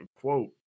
quote